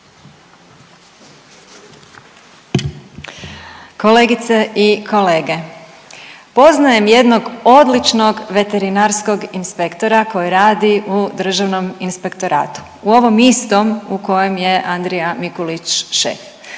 Kolegice i kolege, poznajem jednog odličnog veterinarskog inspektora koji radi u Državnom inspektoratu, u ovom istom u kojem je Andrija Mikulić šef,